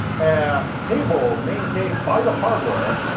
a table maintained by the hardware.